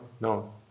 no